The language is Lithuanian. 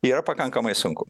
yra pakankamai sunku